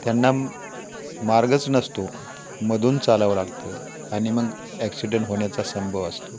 त्यांना मार्गच नसतो मधून चालावं लागतं आणि मग ॲक्सिडेंट होण्याचा संभव असतो